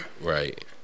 Right